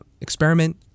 Experiment